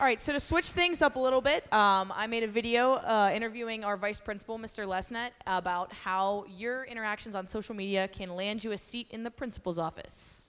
all right so to switch things up a little bit i made a video interviewing our vice principal mr last night about how your interactions on social media can land you a seat in the principal's office